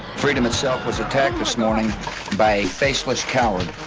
freedom itself was attacked this morning by a faceless coward,